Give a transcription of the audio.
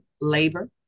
labor